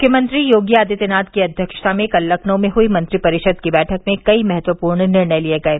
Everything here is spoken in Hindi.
मुख्यमंत्री योगी आदित्यनाथ की अध्यक्षता में कल लखनऊ में हई मंत्रिपरिषद की बैठक में कई महत्वपूर्ण निर्णय लिये गये